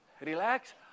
Relax